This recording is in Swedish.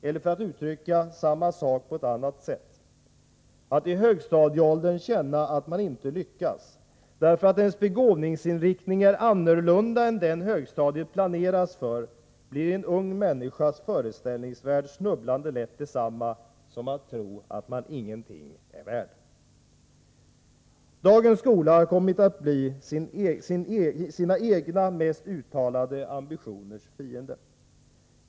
Eller för att uttrycka samma sak på ett annat sätt: Att i högstadieåldern känna att man inte lyckas därför att ens begåvningsinriktning är annorlunda än den högstadiet planerats för blir i en ung människas föreställningsvärld snubblande lätt detsamma som att tro att man ingenting är värd. Dagens skola har kommit att bli sina egna mest uttalade ambitioners fiende.